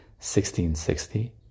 1660